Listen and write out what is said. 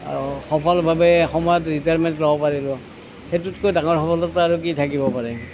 আৰু সফলভাৱে এসময়ত ৰিটায়াৰমেণ্ট ল'ব পাৰিলোঁ সেইটোতকৈ ডাঙৰ সফলতা আৰু কি থাকিব পাৰে